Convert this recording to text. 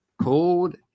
cold